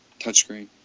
touchscreen